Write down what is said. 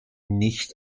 nicht